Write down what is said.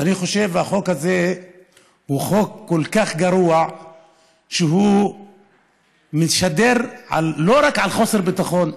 ואני חושב שהחוק הזה הוא חוק כל כך גרוע שהוא משדר לא רק חוסר ביטחון,